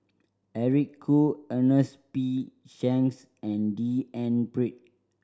Eric Khoo Ernest P Shanks and D N Pritt